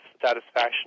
satisfaction